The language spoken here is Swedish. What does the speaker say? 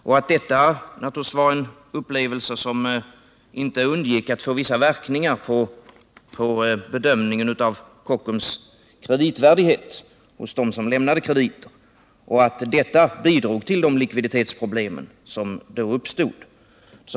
Det var en händelse som naturligtvis inte undgick att få vissa verkningar på bedömningen av Kockums kreditvärdighet hos dem som lämnade krediter, och detta bidrog till de likviditetsproblem som vid den tiden uppstod.